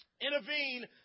intervene